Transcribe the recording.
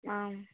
आम्